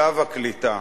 שלב הקליטה.